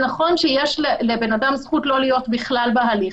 נכון שיש לבן אדם זכות לא להיות בכלל בהליך,